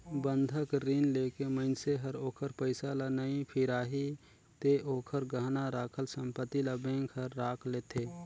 बंधक रीन लेके मइनसे हर ओखर पइसा ल नइ फिराही ते ओखर गहना राखल संपति ल बेंक हर राख लेथें